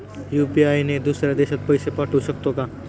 UPI ने दुसऱ्या देशात पैसे पाठवू शकतो का?